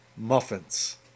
Muffins